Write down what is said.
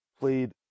played